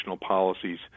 policies